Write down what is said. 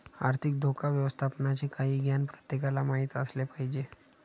आर्थिक धोका व्यवस्थापनाचे काही ज्ञान प्रत्येकाला माहित असले पाहिजे